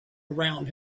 around